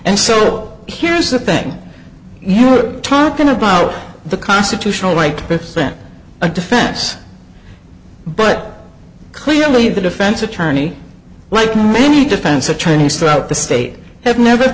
and so here's the thing you're talking about the constitutional right to present a defense but clearly the defense attorney like many defense attorneys throughout the state have never